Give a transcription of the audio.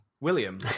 William